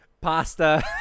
pasta